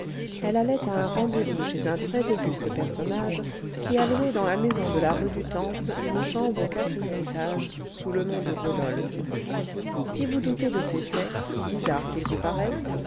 elle allait à un rendez-vous chez un très auguste personnage qui a loué dans la maison de la rue du temple une chambre au quatrième étage sous le nom de rodolphe si vous doutez de ces faits si bizarres qu'ils vous paraissent